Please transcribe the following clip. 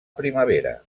primavera